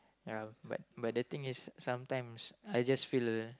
ya but but the thing is sometimes I just feel the